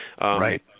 Right